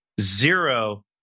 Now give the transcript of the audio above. zero